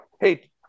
hey